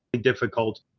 difficult